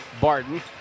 Barton